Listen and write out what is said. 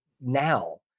now